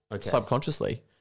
subconsciously